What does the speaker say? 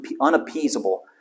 unappeasable